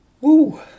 woo